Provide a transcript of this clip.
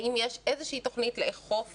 האם יש איזושהי תוכנית לאכוף